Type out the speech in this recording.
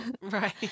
right